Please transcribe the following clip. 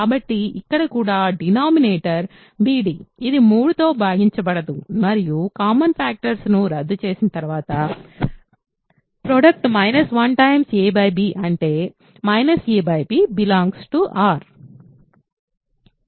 కాబట్టి ఇక్కడ కూడా డినామినేటర్ bd ఇది 3తో భాగించబడదు మరియు కామన్ ఫ్యాక్టర్స్ ను రద్దు చేసిన తర్వాత ప్రోడక్ట్ 1 a b అంటే a b R